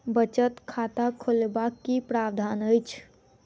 बचत खाता खोलेबाक की प्रावधान अछि?